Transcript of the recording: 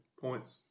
points